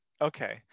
Okay